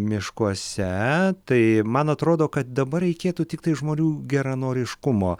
miškuose tai man atrodo kad dabar reikėtų tiktai žmonių geranoriškumo